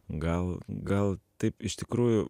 gal gal taip iš tikrųjų